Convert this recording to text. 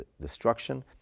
destruction